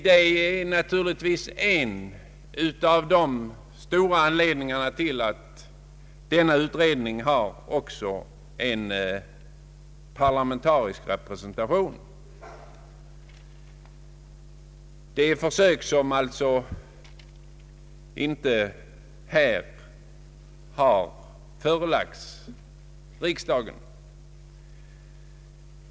Det är naturligtvis en av de viktigaste anledningarna till att denna utredning också bör ha en parlamentarisk representation. Förslag till de försök jag avser har alltså inte förelagts riksdagen.